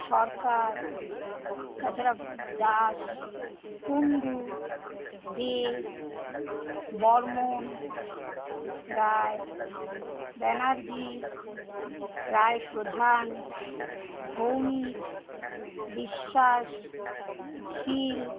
সরকার তাছাড়া দাস কুণ্ডু দে বর্মন রায় ব্যানার্জি রায়প্রধান ভৌমিক বিশ্বাস শীল